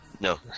No